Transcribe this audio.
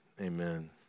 Amen